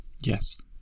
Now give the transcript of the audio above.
yes